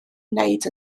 wneud